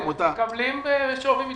חלק מקבלים לפי שווי מתנדבים.